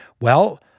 Well-